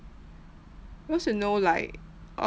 cause you know like